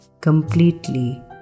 completely